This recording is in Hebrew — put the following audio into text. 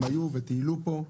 הם היו וטיילו פה,